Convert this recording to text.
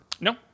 No